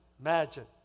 Imagine